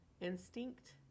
instinct